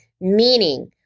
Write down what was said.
Meaning